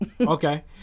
Okay